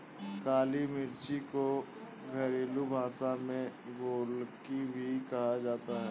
काली मिर्च को घरेलु भाषा में गोलकी भी कहा जाता है